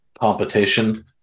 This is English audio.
competition